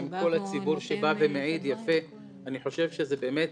עושה עם כל הציבור שבא ומעיד, אני חושב שזה באמת